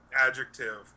adjective